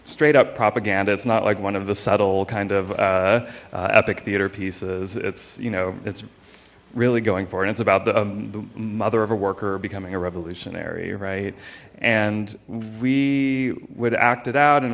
straight up propaganda it's not like one of the subtle kind of epic theater pieces it's you know it's really going forward it's about the mother of a worker becoming a revolutionary right and we would act it out and